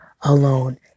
alone